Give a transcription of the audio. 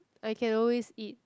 I can always eat